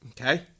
Okay